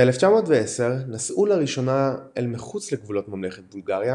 ב-1910 נסעו לראשונה אל מחוץ לגבולות ממלכת בולגריה